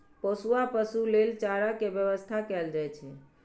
पोसुआ पशु लेल चारा के व्यवस्था कैल जाइ छै